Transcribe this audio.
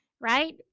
right